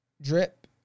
drip